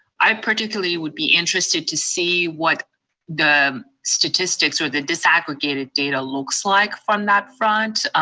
i particularly would be interested to see what the statistics or the dis-aggregated data looks like from that front,